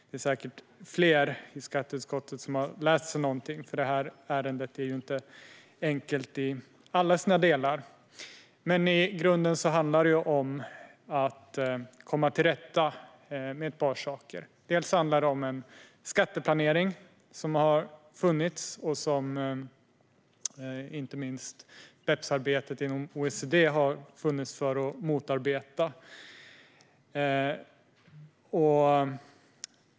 Det är säkert fler i skatteutskottet som har lärt sig någonting, för ärendet är inte enkelt i alla sina delar. Men i grunden handlar det om att komma till rätta med ett par saker. Det handlar delvis om en skatteplanering som har funnits och som inte minst BEPS-arbetet inom OECD haft som avsikt att motarbeta.